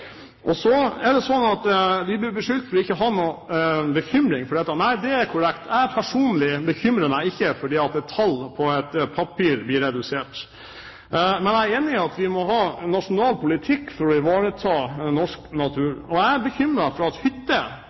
Så er det slik at vi blir beskyldt for ikke å ha noen bekymring for dette. Nei, det er korrekt. Jeg personlig bekymrer meg ikke fordi om et tall på et papir blir redusert, men jeg er enig i at vi må ha en nasjonal politikk for å ivareta norsk natur. Jeg er bekymret for at hytter